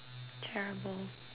terrible